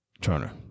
Turner